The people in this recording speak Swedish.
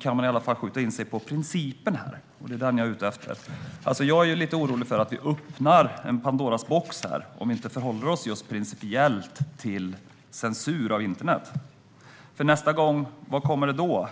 kan man skjuta in sig på principen här. Det är den jag är ute efter. Jag är lite orolig för att vi öppnar Pandoras ask om vi inte förhåller oss principiellt till censur av internet. Vad kommer nästa gång?